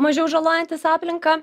mažiau žalojantys aplinką